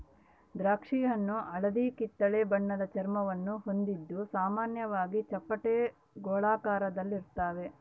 ದ್ರಾಕ್ಷಿಹಣ್ಣು ಹಳದಿಕಿತ್ತಳೆ ಬಣ್ಣದ ಚರ್ಮವನ್ನು ಹೊಂದಿದ್ದು ಸಾಮಾನ್ಯವಾಗಿ ಚಪ್ಪಟೆ ಗೋಳಾಕಾರದಲ್ಲಿರ್ತಾವ